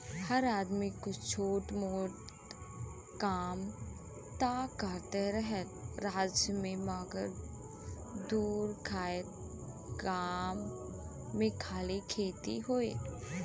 हर आदमी कुछ छोट मोट कां त करते रहे राज्य मे मगर दूर खएत गाम मे खाली खेती होए